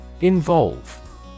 Involve